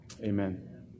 amen